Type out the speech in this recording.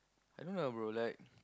I mean like bro like